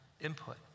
input